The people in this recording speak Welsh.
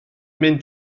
mynd